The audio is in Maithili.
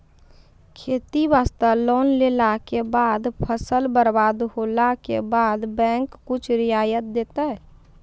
खेती वास्ते लोन लेला के बाद फसल बर्बाद होला के बाद बैंक कुछ रियायत देतै?